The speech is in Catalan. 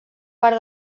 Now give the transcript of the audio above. part